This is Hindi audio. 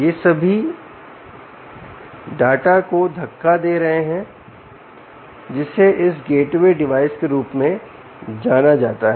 ये सभी डाटा को धक्का दे रहे हैं जिसे इस गेटवे डिवाइस के रूप में जाना जाता है